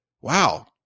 Wow